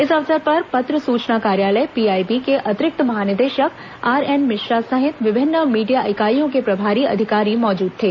इस अवसर पर पत्र सूचना कार्यालय पीआईबी के अतिरिक्त महानिदेशक आरएन मिश्रा सहित विभिन्न मीडिया इकाईयों के प्रभारी अधिकारी मौजूद थे